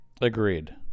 Agreed